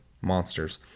monsters